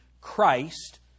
Christ